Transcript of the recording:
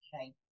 okay